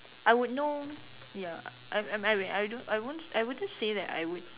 I would know ya I I mean I don't I won't I wouldn't say that I would